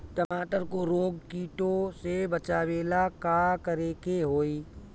टमाटर को रोग कीटो से बचावेला का करेके होई?